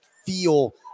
Feel